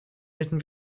bitten